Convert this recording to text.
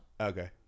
okay